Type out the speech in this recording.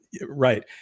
Right